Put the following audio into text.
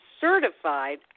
certified